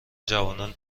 جوانان